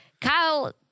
Kyle